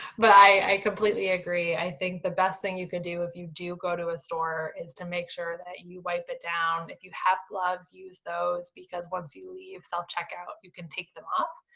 but i completely agree. i think the best thing you can do if you do go to a store, is to make sure that you wipe it down. if you have gloves, use those. because once you leave self-checkout, you can take them off,